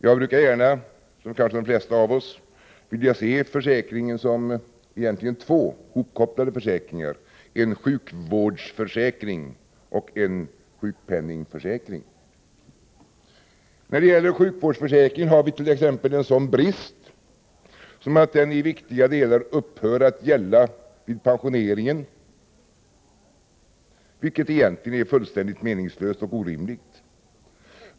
Jag, liksom kanske de flesta av oss, brukar gärna vilja se sjukförsäkringen som två hopkopplade försäkringar: en sjukvårdsförsäkring och en sjukpenningförsäkring. När det gäller sjukvårdsförsäkringen har vit.ex. en sådan brist som att den i viktiga delar upphör att gälla vid pensioneringen. Detta är egentligen fullständigt meningslöst och orimligt.